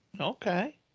Okay